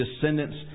descendants